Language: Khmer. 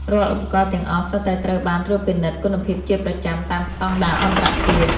រាល់ឧបករណ៍ទាំងអស់សុទ្ធតែត្រូវបានត្រួតពិនិត្យគុណភាពជាប្រចាំតាមស្ដង់ដារអន្តរជាតិ។